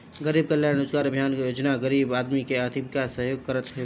गरीब कल्याण रोजगार अभियान योजना गरीब आदमी के आर्थिक सहयोग करत हवे